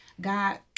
God